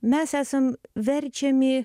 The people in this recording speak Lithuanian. mes esam verčiami